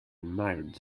admired